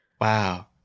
Wow